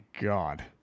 God